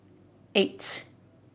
eight